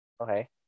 Okay